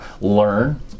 learn